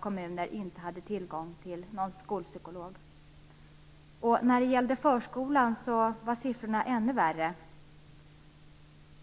kommuner inte hade tillgång till någon skolpsykolog. När det gällde förskolan var siffrorna ännu värre.